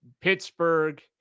Pittsburgh